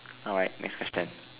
alright next question